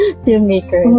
filmmaker